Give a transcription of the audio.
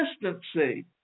Consistency